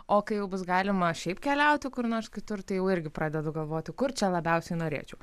o kai jau bus galima šiaip keliauti kur nors kitur tai irgi pradedu galvoti kur čia labiausiai norėčiau